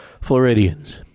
Floridians